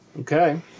Okay